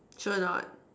sure or not